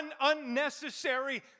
unnecessary